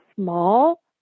small